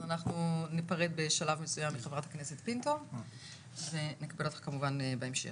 אז אנחנו ניפרד בשלב מסוים מחברת הכנסת פינטו ונקבל אותך כמובן בהמשך.